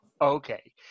Okay